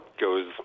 goes